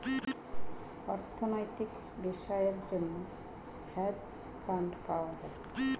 অর্থনৈতিক বিষয়ের জন্য হেজ ফান্ড পাওয়া যায়